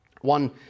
One